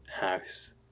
house